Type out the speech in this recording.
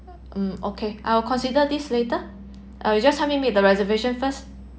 mm okay I will consider this later uh you just help me make the reservation first